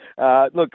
Look